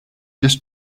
just